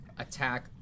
attack